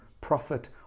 prophet